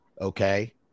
okay